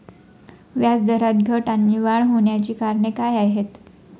व्याजदरात घट आणि वाढ होण्याची कारणे काय आहेत?